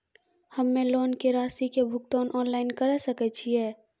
हम्मे लोन के रासि के भुगतान ऑनलाइन करे सकय छियै?